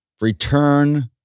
return